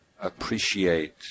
appreciate